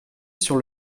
sur